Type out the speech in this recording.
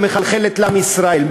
שמחלחלת לעם ישראל?